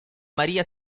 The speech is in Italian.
maria